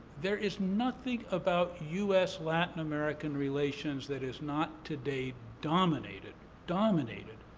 there is nothing about u s latin american relations that is not today dominated, dominated,